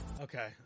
Okay